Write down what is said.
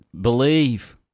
believe